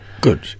Good